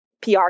PR